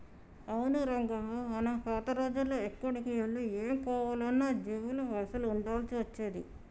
అవును రంగమ్మ మనం పాత రోజుల్లో ఎక్కడికి వెళ్లి ఏం కావాలన్నా జేబులో పైసలు ఉండాల్సి వచ్చేది